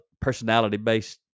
personality-based